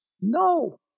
No